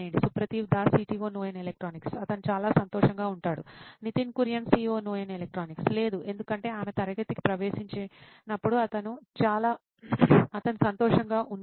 సుప్రతీవ్ Das CTO Noin electronics అతను చాలా సంతోషంగా ఉంటాడు Nitin Kurian COO Noin electronics లేదు ఎందుకంటే ఆమె తరగతికి ప్రవేశించినప్పుడు అతను సంతోషంగా ఉన్నాడు